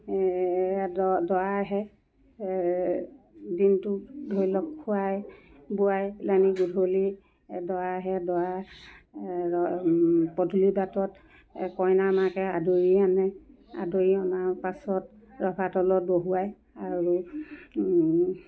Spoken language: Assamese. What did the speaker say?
দ দৰা আহে দিনটো ধৰি লওক খুৱায় বোৱাই পেলানি গূধলি দৰা আহে দৰা পদূলি বাটত কইনা মাকে আদৰি আনে আদৰি অনা পাছত ৰভাতলত বহুৱায় আৰু